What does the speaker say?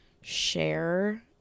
share